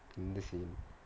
எந்த:entha scene